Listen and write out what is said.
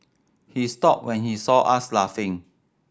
he stopped when he saw us laughing